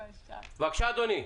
בבקשה, אדוני.